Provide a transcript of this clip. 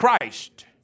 Christ